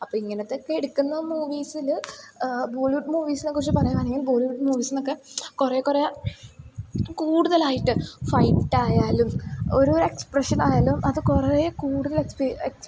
അപ്പം ഇങ്ങനത്തെയൊക്കെ എടുക്കുന്ന മൂവീസിൽ ബോളിവുഡ് മൂവീസിനെക്കുറിച്ച് പറയുകയാണെങ്കിൽ ബോളിവുഡ് മൂവീസിൽ നിന്നൊക്കെ കുറേ കുറേ കൂടുതലായിട്ട് ഫൈറ്റായാലും ഓരോരോ എക്സ്പ്രഷനായാലും അത് കുറേ കൂടുതൽ